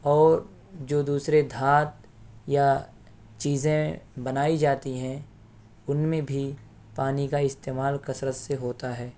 اور جو دوسرے دھات یا چزیں بنائی جاتی ہیں ان میں بھی پانی کا استعمال کثرت سے ہوتا ہے